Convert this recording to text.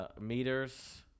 Meters